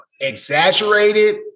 Exaggerated